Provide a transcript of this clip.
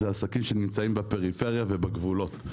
נמצאים בפריפריה ובגבולות.